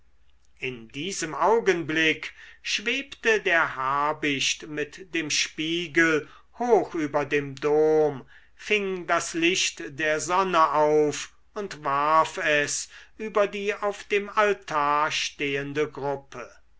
in diesem augenblick schwebte der habicht mit dem spiegel hoch über dem dom fing das licht der sonne auf und warf es über die auf dem altar stehende gruppe